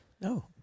No